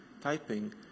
typing